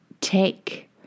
take